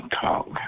talk